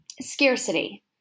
scarcity